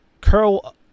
curl